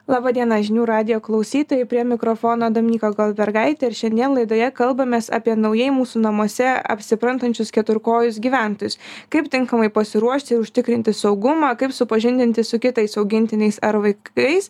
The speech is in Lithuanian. laba diena žinių radijo klausytojai prie mikrofono dominyka goldbergaitė ir šiandien laidoje kalbamės apie naujai mūsų namuose apsiprantančius keturkojus gyventojus kaip tinkamai pasiruošti ir užtikrinti saugumą kaip supažindinti su kitais augintiniais ar vaikais